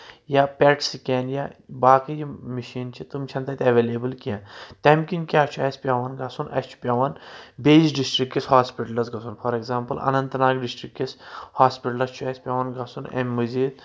یا PET scan یا باقٕے یِم مِشیٖن چھِ تٔمۍ چھےٚ نہٕ تتہِ اؠویلیبٕل کینٛہہ تمہِ کِنۍ کیٛاہ چھُ اسہِ پؠوان گژھُن اسہِ چھُ پؠوان بیِس ڈِسٹرک کِس ہوسپِٹلس گژھُن for example Anantnag district کِس ہوسپِٹلس چھُ اَسہِ پؠون گژھُن امہِ مٔزیٖد